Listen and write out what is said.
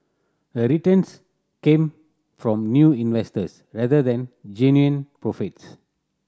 the returns came from new investors rather than genuine profits